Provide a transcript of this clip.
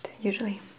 usually